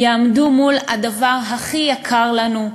יעמדו מול הדבר הכי יקר לנו,